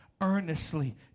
Earnestly